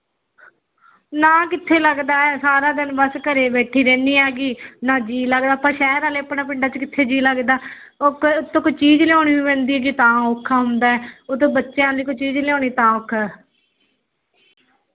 ਨਾ ਕਿੱਥੇ ਲੱਗਦਾ ਹੈ ਸਾਰਾ ਦਿਨ ਬਸ ਘਰੇ ਬੈਠੀ ਰਹਿਦੀ ਆਗੀ ਨਾ ਜੀ ਲੱਗਦਾ ਆਪਾਂ ਸ਼ਹਿਰ ਵਾਲੇ ਆਪਣਾ ਪਿੰਡਾਂ 'ਚ ਕਿੱਥੇ ਜੀ ਲੱਗਦਾ ਉਹ ਤੋਂ ਕੋਈ ਚੀਜ਼ ਲਿਆਉਣੀ ਵੀ ਪੈਂਦੀ ਹੈਗੀ ਤਾਂ ਔਖਾ ਹੁੰਦਾ ਉਹ ਤਾਂ ਬੱਚਿਆਂ ਦੀ ਕੋਈ ਚੀਜ਼ ਲਿਆਉਣੀ ਤਾਂ ਔਖਾ